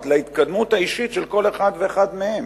להתקדמות האישית של כל אחד ואחד מהם.